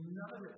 none